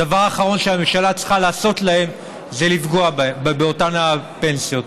הדבר האחרון שהממשלה צריכה לעשות להם זה לפגוע באותן הפנסיות.